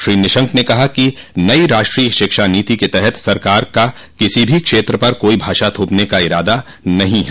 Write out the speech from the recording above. श्री निशंक ने कहा कि नई राष्ट्रीय शिक्षा नीति के तहत सरकार का किसी भी क्षेत्र पर कोई भाषा थोपने का इरादा नहीं है